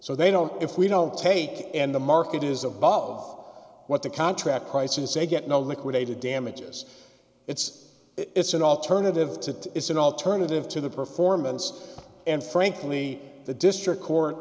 so they don't if we don't take and the market is above what the contract prices they get no liquidated damages it's it's an alternative to that is an alternative to the performance and frankly the district court